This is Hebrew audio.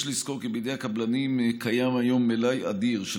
יש לזכור כי בידי הקבלנים קיים היום מלאי אדיר של